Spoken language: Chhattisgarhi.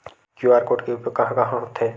क्यू.आर कोड के उपयोग कहां कहां होथे?